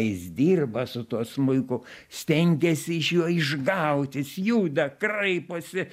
jis dirba su tuo smuiku stengiasi iš jo išgaut jis juda kraiposi